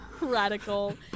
radical